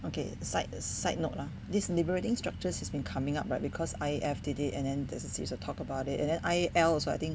okay side side note lah this liberating structures has been coming up but because I_F did it and then there is a series to talk about it and then I_L also I think